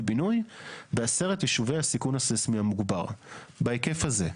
בינוי בעשרת יישובי הסיכון הססמי המוגבר בהיקף הזה.